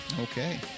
okay